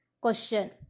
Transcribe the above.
Question